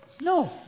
no